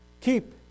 keep